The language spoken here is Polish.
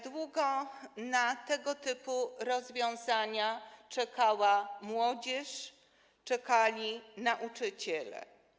Długo na tego typu rozwiązania czekała młodzież, czekali nauczyciele.